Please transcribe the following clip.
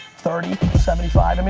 thirty, seventy five. i mean